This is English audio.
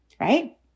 right